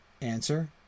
Answer